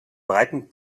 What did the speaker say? breiten